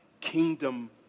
kingdom